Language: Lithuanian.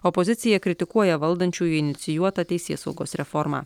opozicija kritikuoja valdančiųjų inicijuotą teisėsaugos reformą